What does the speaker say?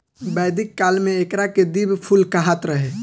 वैदिक काल में एकरा के दिव्य फूल कहात रहे